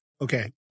Okay